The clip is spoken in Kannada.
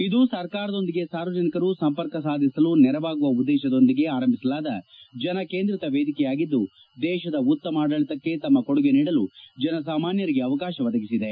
ಇದು ಸರ್ಕಾರದೊಂದಿಗೆ ಸಾರ್ವಜನಿಕರು ಸಂಪರ್ಕ ಸಾಧಿಸಲು ನೆರವಾಗುವ ಉದ್ದೇಶದೊಂದಿಗೆ ಆರಂಭಿಸಲಾದ ಜನ ಕೇಂದ್ರಿತ ವೇದಿಕೆಯಾಗಿದ್ದು ದೇಶದ ಉತ್ತಮ ಆಡಳಿತಕ್ಕೆ ತಮ್ಮ ಕೊಡುಗೆ ನೀಡಲು ಜನ ಸಾಮಾನ್ಯರಿಗೆ ಅವಕಾಶ ಒದಗಿಸಿದೆ